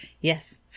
Yes